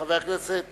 וחבר הכנסת